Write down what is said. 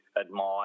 admire